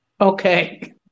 Okay